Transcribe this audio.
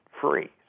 free